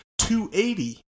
280